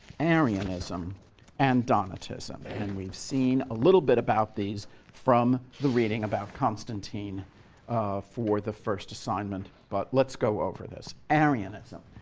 arianism and donatism. and we've seen a little bit about these from the reading about constantine for the first assignment, but let's go over this. arianism.